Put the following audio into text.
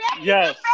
Yes